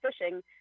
fishing